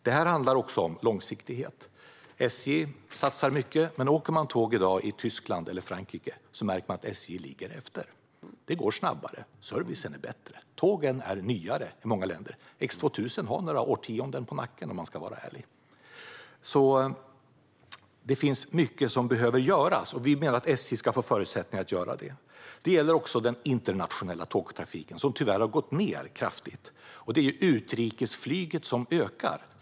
Det handlar också om långsiktighet. SJ satsar mycket, men åker man tåg i Tyskland eller Frankrike märker man att SJ ligger efter. Det går snabbare, servicen är bättre och tågen är nyare. Ska man vara ärlig har X2000 några år på nacken. Mycket behöver göras, och vi menar att SJ ska få förutsättningar att göra det. Det gäller också den internationella tågtrafiken, som tyvärr har gått ned kraftigt medan utrikesflyget ökar.